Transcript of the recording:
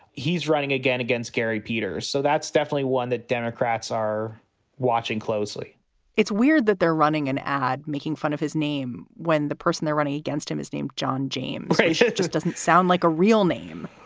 he's running again against gary peters. so that's definitely one that democrats are watching closely it's weird that they're running an ad making fun of his name when the person they're running against him is named john james. yeah it just doesn't sound like a real name,